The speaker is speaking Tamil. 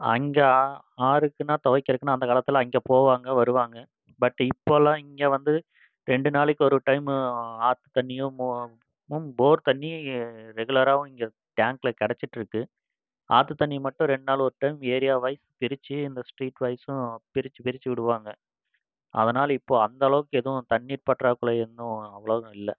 அங்கே ஆ ஆறுக்குன்னா துவைக்கிறதுக்குனா அந்தக்காலத்தில் அங்கே போவாங்க வருவாங்க பட் இப்போலாம் இங்கே வந்து ரெண்டு நாளைக்கு ஒரு டைம் ஆற்றுத் தண்ணியும் போர் தண்ணியும் ரெகுலராகவும் இங்கே டேங்கில் கிடைச்சிட்டுடுருக்கு ஆற்று தண்ணி மட்டும் ரெண்டு நாள் ஒரு டைம் ஏரியா வைஸ் பிரிச்சு இந்த ஸ்ட்ரீட் வைஸூம் பிரிச்சு பிரிச்சு விடுவாங்க அதனால் இப்போ அந்தளவுக்கு எதுவும் தண்ணீர் பற்றாக்குறை இன்னும் அவ்வளோக்கா இல்லை